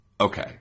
okay